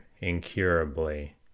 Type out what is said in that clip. incurably